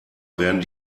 werden